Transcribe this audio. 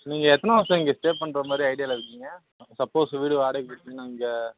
நீங்கள் எத்தனை வருஷம் இங்கே ஸ்டே பண்ணுறமாரி ஐடியாவில இருக்கீங்க சப்போஸ் வீடு வாடகைக்கு போய்விட்டிங்கன்னா இங்கே